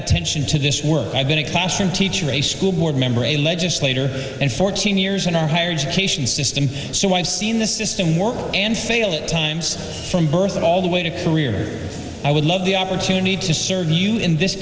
attention to this work i've been a classroom teacher a school board member a legislator in fourteen years in our higher education system so why i've seen the system work and failed at times from birth all the way to career i would love the opportunity to serve you in this